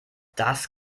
das